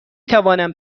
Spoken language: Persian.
توانم